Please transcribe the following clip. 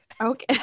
Okay